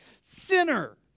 sinner